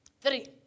three